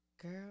Girl